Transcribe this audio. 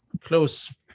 close